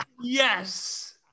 Yes